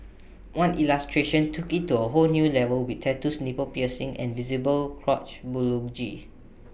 one illustration took IT to A whole new level with tattoos nipple piercings and visible crotch